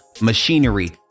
machinery